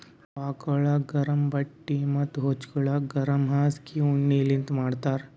ನಾವ್ ಹಾಕೋಳಕ್ ಗರಮ್ ಬಟ್ಟಿ ಮತ್ತ್ ಹಚ್ಗೋಲಕ್ ಗರಮ್ ಹಾಸ್ಗಿ ಉಣ್ಣಿಲಿಂತ್ ಮಾಡಿರ್ತರ್